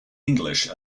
english